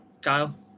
Kyle